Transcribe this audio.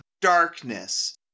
darkness